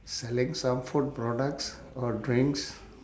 selling some food products or drinks